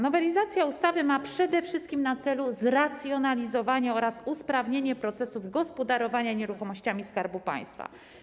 Nowelizacja ustawy ma przede wszystkim na celu zracjonalizowanie oraz usprawnienie procesów gospodarowania nieruchomościami Skarbu Państwa.